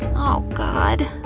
oh god.